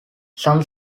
some